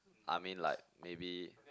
I mean like maybe